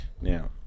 Now